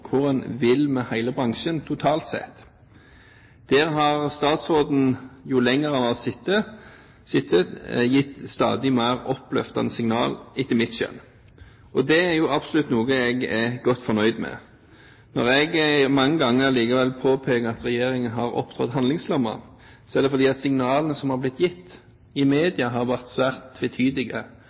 en vil med hele bransjen totalt sett. Der har statsråden, jo lenger han har sittet, gitt stadig mer oppløftende signal, etter mitt skjønn. Det er absolutt noe jeg er godt fornøyd med. Når jeg likevel har påpekt mange ganger at regjeringen har opptrådt handlingslammet, er det fordi de signalene som har blitt gitt i media, har vært svært